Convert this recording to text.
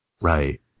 Right